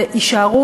ויישארו,